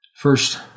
First